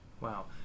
wow